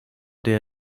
der